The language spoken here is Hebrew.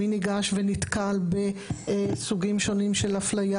מי ניגש ונתקל בסוגים שונים של אפליה